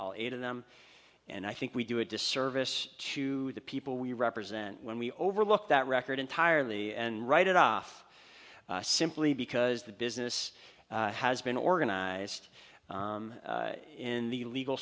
all eight of them and i think we do a disservice to the people we represent when we overlook that record entirely and write it off simply because the business has been organized in the legal